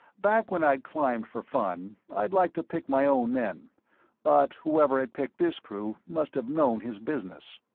back when i'd climbed for fun, i'd liked to pick my own men but whoever had picked this crew must have known his business.